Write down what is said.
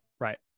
Right